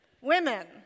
women